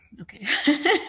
Okay